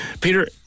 Peter